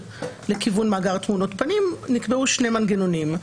לכיוון מאגר תמונות פנים נקבעו שני מנגנונים.